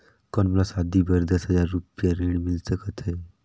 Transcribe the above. कौन मोला शादी बर दस हजार रुपिया ऋण मिल सकत है?